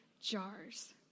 jars